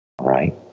Right